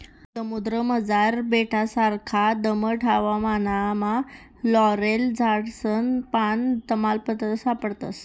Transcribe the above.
समुद्रमझार बेटससारखा दमट हवामानमा लॉरेल झाडसनं पान, तमालपत्र सापडस